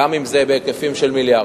גם אם זה בהיקפים של מיליארדים,